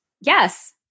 Yes